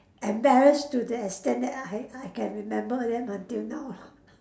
embarrassed to the extent that I had I can remember them until now lah